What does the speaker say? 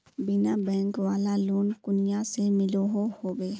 बिना बैंक वाला लोन कुनियाँ से मिलोहो होबे?